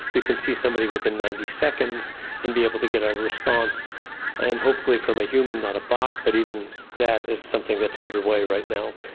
you can see somebody within ninety seconds and be able to get a response and hopefully from a human not a bot, but even that is something that's underway right now,